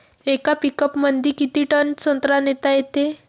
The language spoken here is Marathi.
येका पिकअपमंदी किती टन संत्रा नेता येते?